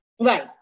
Right